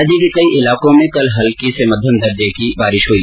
राज्य के कई इलाकों में कल हल्की से मध्यम दर्जे की बारिश हुई